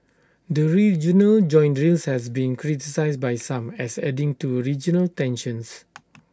the joint drills has been criticised by some as adding to A regional tensions